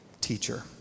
teacher